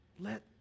Let